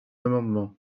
amendement